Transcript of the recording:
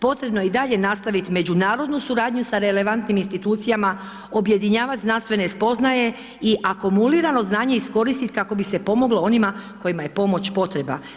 Potrebno je i dalje nastavit međunarodnu suradnju sa relevantnim institucijama, objedinjavat znanstvene spoznaje i akumulirano znanje iskoristit kako bi se pomoglo onima kojima je pomoć potreba.